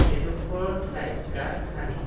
এডোখৰৰ ঠাইত গাঁত খান্দি